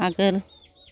आगोल